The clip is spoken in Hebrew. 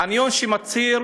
חניון שמצהיר